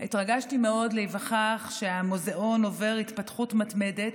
התרגשתי מאוד להיווכח שהמוזאון עובר התפתחות מתמדת,